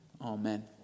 Amen